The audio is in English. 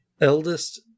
eldest